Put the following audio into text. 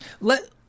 Let